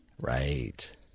Right